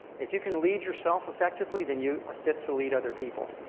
if you can lead yourself effectively, then you are fit to lead other people.